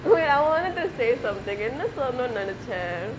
wait I wanted to say something என்ன சொல்னுனு நெநச்சே:enna solnunu nenachae